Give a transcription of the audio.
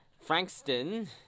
Frankston